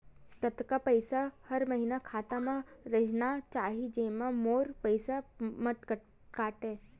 कतका पईसा हर महीना खाता मा रहिना चाही जेमा मोर पईसा मत काटे?